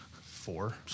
Four